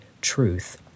truth